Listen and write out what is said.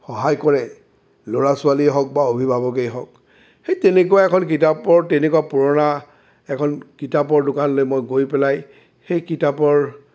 সহায় কৰে ল'ৰা ছোৱালীয়েই হওঁক বা অভিভাৱকেই হওঁক সেই তেনেকুৱা এখন কিতাপৰ তেনেকুৱা পুৰণা এখন কিতাপৰ দোকানলৈ মই গৈ পেলাই সেই কিতাপৰ